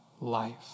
life